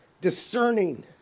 discerning